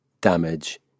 damage